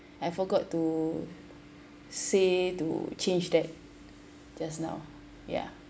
I forgot to say to change that just now ya